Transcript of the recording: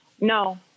No